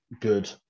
good